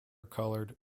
colored